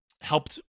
helped